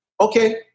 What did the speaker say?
Okay